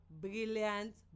Brilliant